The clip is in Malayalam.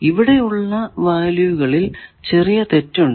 ഇവിടെ ഉള്ള വാല്യൂകളിൽ ചെറിയ തെറ്റുണ്ട്